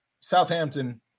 southampton